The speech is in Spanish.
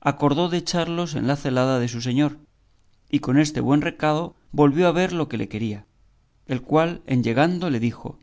acordó de echarlos en la celada de su señor y con este buen recado volvió a ver lo que le quería el cual en llegando le dijo